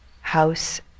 House